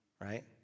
right